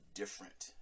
different